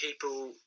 people